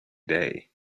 day